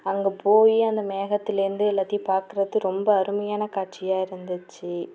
அங்கே போய் அந்த மேகத்தில் இருந்து எல்லாத்தையும் பார்க்குறது ரொம்ப அருமையான காட்சியாக இருந்துச்சு